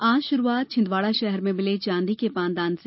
आज शुरूआत छिंदवाड़ा शहर में मिले चांदी के पानदान से